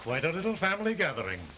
quite a little family gathering